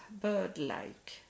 bird-like